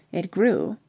it grew.